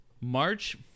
march